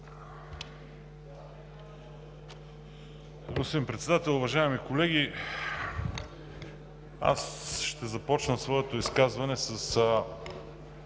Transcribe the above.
Благодаря.